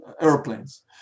Airplanes